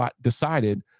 decided